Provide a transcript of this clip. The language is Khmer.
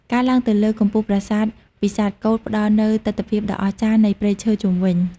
ការឡើងទៅលើកំពូលប្រាសាទពិសាទកូដផ្តល់នូវទិដ្ឋភាពដ៏អស្ចារ្យនៃព្រៃឈើជុំវិញ។